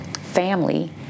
family